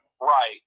right